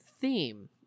theme